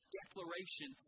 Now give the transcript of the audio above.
declaration